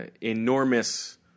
enormous